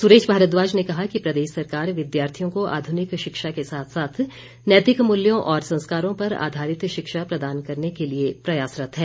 सुरेश भारद्वाज ने कहा कि प्रदेश सरकार विद्यार्थियों को आधुनिक शिक्षा के साथ साथ नैतिक मूल्यों और संस्कारों पर आधारित शिक्षा प्रदान करने के लिए प्रयासरत है